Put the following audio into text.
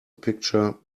picture